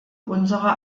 unsere